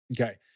Okay